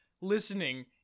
listening